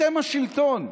אתם השלטון,